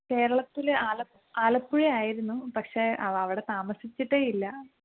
കേരളത്തിൽ ആല ആലപ്പുഴയായിരുന്നു പക്ഷേ അ അവിടെ താമസിച്ചിട്ടേ ഇല്ല